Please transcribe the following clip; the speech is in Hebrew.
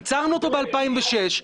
יצרנו באלפיים ושש,